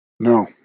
No